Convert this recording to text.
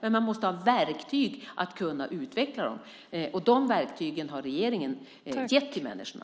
Men man måste ha verktyg för att kunna utveckla detta, och de verktygen har regeringen gett till människorna.